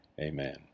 amen